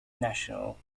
national